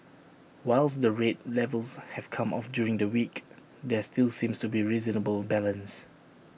whilst the rate levels have come off during the week there still seems to be reasonable balance